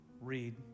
Read